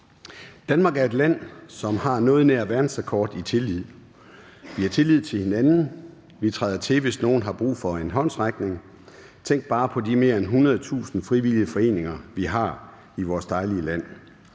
Danmark er et land, som har noget nær verdensrekord i tillid. Vi har tillid til hinanden. Vi træder til, hvis nogen har brug for en håndsrækning. Tænk bare på de mere end 100.000 frivillige foreninger, vi har i vores dejlige land.